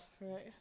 right